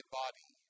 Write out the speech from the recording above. body